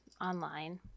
online